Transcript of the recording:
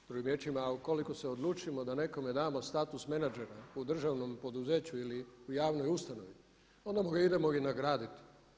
Drugim riječima ukoliko se odlučimo da nekome damo status menadžera u državnom poduzeću ili u javnoj ustanovi onda ih idemo nagraditi.